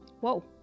Whoa